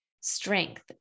strength